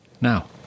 Now